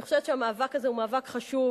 אני חושבת שהמאבק הזה הוא מאבק חשוב,